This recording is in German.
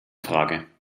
frage